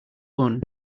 bun